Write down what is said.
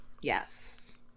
yes